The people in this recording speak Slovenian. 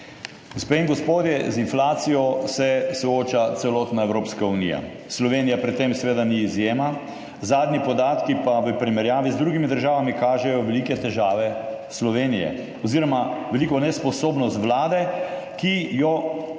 Gospe in gospodje, z inflacijo se sooča celotna Evropska unija. Slovenija pri tem seveda ni izjema. Zadnji podatki pa v primerjavi z drugimi državami kažejo velike težave Slovenije oziroma veliko nesposobnost Vlade, ki jo vsak